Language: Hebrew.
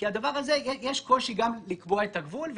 כי בדבר הזה יש קושי גם לקבוע את הגבול,